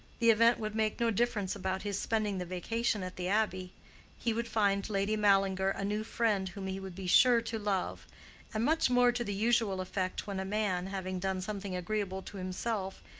the event would make no difference about his spending the vacation at the abbey he would find lady mallinger a new friend whom he would be sure to love and much more to the usual effect when a man, having done something agreeable to himself,